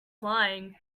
flying